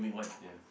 ya